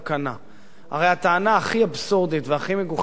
הרי הטענה הכי אבסורדית והכי מגוחכת שאני